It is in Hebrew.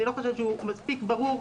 אני לא חושבת שהוא מספיק ברור.